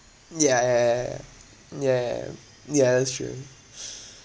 ya ya mm ya ya ya ya that's true